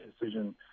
decision